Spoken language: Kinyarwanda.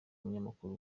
umunyamakuru